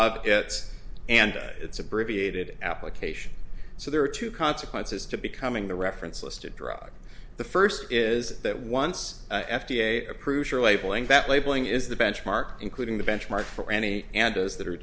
of its and its abbreviated application so there are two consequences to becoming the reference listed drug the first is that once f d a approved labeling that labeling is the benchmark including the benchmark for any and those that are